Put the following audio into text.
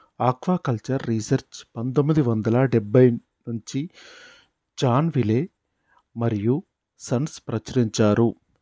aquaculture research పందొమ్మిది వందల డెబ్బై నుంచి జాన్ విలే మరియూ సన్స్ ప్రచురించారు